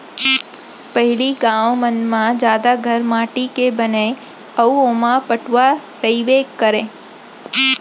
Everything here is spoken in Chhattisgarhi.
पहिली गॉंव मन म जादा घर माटी के बनय अउ ओमा पटउहॉं रइबे करय